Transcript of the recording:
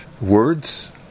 words